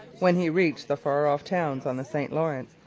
when he reached the far-off towns on the st lawrence,